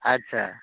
अच्छा